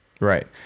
Right